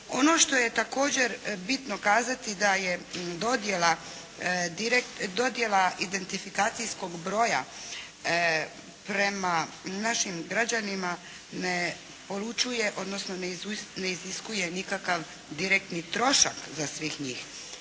Ono što je također bitno kazati da je dodjela identifikacijskog broja prema našim građanima nepolućuje, odnosno ne istiskuje nikakav direktni trošak za svih njih.